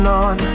on